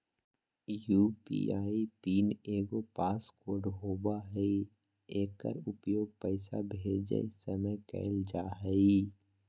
UPI PIN एगो pass code होबो हइ एकर उपयोग पैसा भेजय समय कइल जा हइ